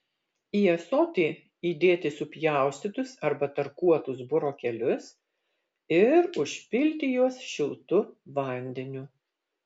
į ąsotį įdėti supjaustytus arba tarkuotus burokėlius ir užpilti juos šiltu vandeniu